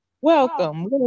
Welcome